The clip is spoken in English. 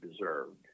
deserved